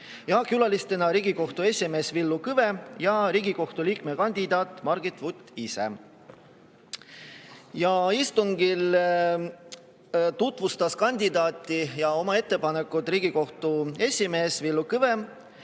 külalistena Riigikohtu esimees Villu Kõve ja Riigikohtu liikme kandidaat Margit Vutt ise. Istungil tutvustas kandidaati ja oma ettepanekut Riigikohtu esimees Villu Kõve,